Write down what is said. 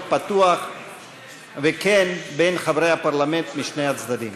פתוח וכן בין חברי הפרלמנט משני הצדדים.